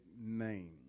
name